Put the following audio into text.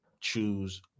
choose